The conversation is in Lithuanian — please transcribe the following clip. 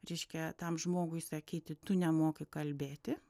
reiškia tam žmogui sakyti tu nemoki kalbėti